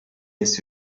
jest